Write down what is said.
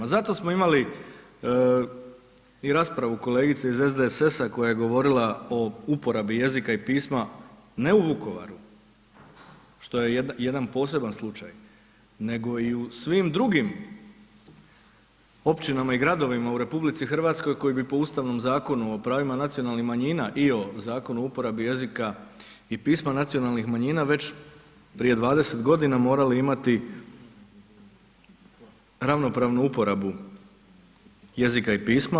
Zato smo imali i raspravu kolegice iz SDSS-a koja je govorila o uporabi jezika i pisma ne u Vukovaru što je jedan poseban slučaj nego i u svim drugim općinama i gradovima u RH koji bi po Ustavnom zakonu o pravima nacionalnih manjina i o Zakonu o uporabi jezika i pisma nacionalnih manjina već prije 20 godina morali imati ravnopravnu uporabu jezika i pisma.